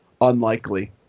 Unlikely